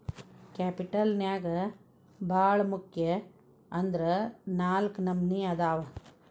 capital ನ್ಯಾಗ್ ಭಾಳ್ ಮುಖ್ಯ ಅಂದ್ರ ನಾಲ್ಕ್ ನಮ್ನಿ ಅದಾವ್